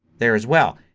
there as well.